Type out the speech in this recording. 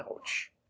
Ouch